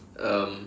um